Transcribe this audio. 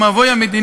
ובהם גם אנשי